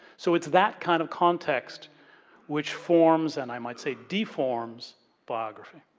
so, it's that kind of context which forms, and i might say deforms biography.